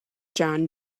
john